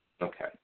Okay